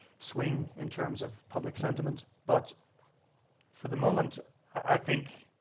swing in terms of public sentiment. but for the moment i think,